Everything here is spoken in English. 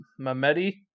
Mamedi